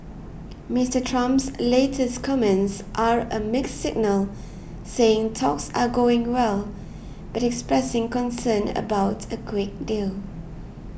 Mister Trump's latest comments are a mixed signal saying talks are going well but expressing concern about a quick deal